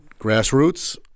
grassroots